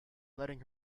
letting